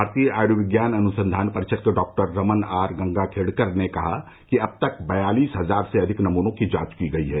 भारतीय आयुर्विज्ञान अनुसंधान परिषद के डॉक्टर रमन आर गंगाखेड़कर ने कहा कि अब तक बयालीस हजार से अधिक नमूनों की जांच की गई है